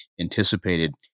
anticipated